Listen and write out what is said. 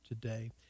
today